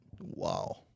Wow